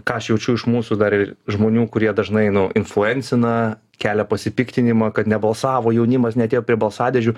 ką aš jaučiu iš mūsų dar ir žmonių kurie dažnai nu influencina kelia pasipiktinimą kad nebalsavo jaunimas neatėjo prie balsadėžių